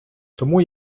тому